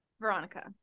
Veronica